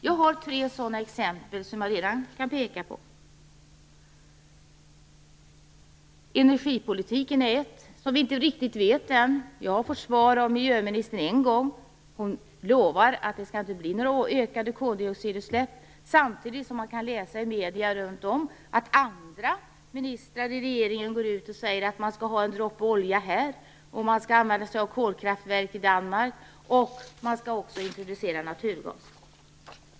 Jag har redan tre sådana exempel som jag kan peka på. Energipolitiken är ett. Vi vet inte riktigt än. Jag har fått svar av miljöministern en gång. Hon lovar att det inte skall bli några ökade koldioxidutsläpp. Samtidigt kan man läsa i medierna att andra ministrar i regeringen säger att man skall ha en droppe olja och att man skall använda sig av kolkraftverk i Danmark. Man skall också introducera naturgas.